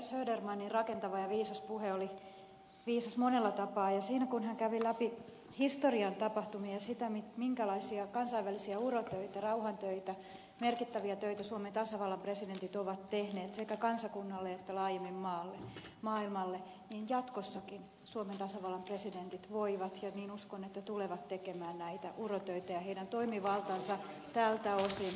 södermanin rakentava ja viisas puhe oli viisas monella tapaa ja kun hän siinä kävi läpi historian tapahtumia sitä minkälaisia kansainvälisiä urotöitä rauhantöitä merkittäviä töitä suomen tasavallan presidentit ovat tehneet sekä kansakunnalle että laajemmin maailmalle niin jatkossakin suomen tasavallan presidentit voivat tehdä ja niin uskon tulevat tekemään näitä urotöitä ja heidän toimivaltansa tulee tältä osin säilymään